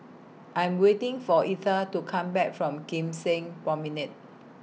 I'm waiting For Etha to Come Back from Kim Seng Promenade